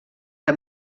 que